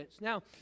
Now